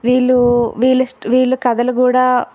వీళ్ళు వీళ్ళ స్టో వీళ్ళ కథలు కూడా